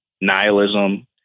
nihilism